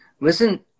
listen